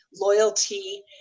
loyalty